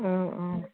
অঁ অঁ